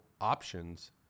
options